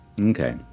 Okay